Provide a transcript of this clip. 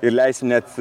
ir leisim net